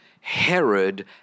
Herod